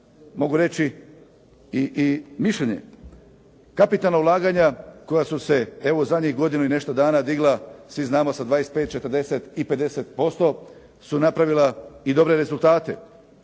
mogu reći i mišljenje. Kapitalna ulaganja koja su se evo u zadnjih godinu i nešto dana digla, svi znamo sa 25, 40 i 50% su napravila i dobre rezultate.